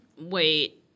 Wait